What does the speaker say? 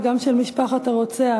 וגם של משפחת הרוצח,